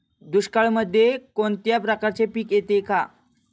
दुष्काळामध्ये कोणत्या प्रकारचे पीक येते का?